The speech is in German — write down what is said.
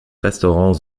restaurant